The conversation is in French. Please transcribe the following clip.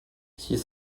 six